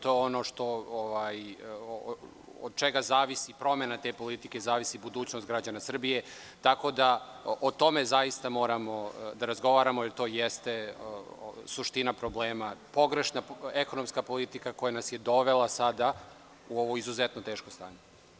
To je ono od čega zavisi promena te politike, budućnost građana Srbije, tako da o tome zaista moramo da razgovaramo i to jeste suština problema, pogrešna ekonomska politika koja nas je dovela sada u ovo izuzetno teško stanje.